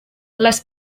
les